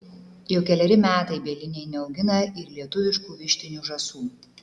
jau keleri metai bieliniai neaugina ir lietuviškų vištinių žąsų